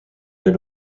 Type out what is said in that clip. dès